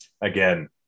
again